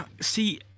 See